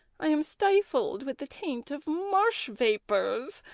i am stifled with the taint of marsh vapours.